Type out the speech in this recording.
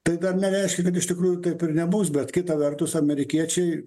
tai nereiškia kad iš tikrųjų taip ir nebus bet kita vertus amerikiečiai